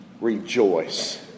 rejoice